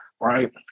right